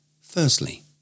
Firstly